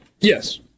Yes